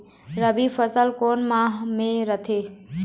रबी फसल कोन माह म रथे?